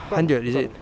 one hundred is it